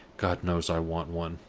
god knows i want one!